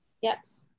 Yes